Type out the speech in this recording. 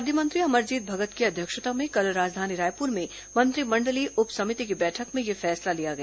खाद्य मंत्री अमरजीत भगत की अध्यक्षता में कल राजधानी रायपुर में मंत्रिमंडलीय उप समिति की बैठक में यह फैसला लिया गया